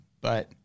but-